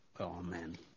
Amen